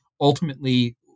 ultimately